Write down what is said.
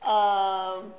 um